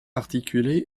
articulé